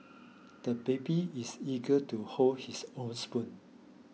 the baby is eager to hold his own spoon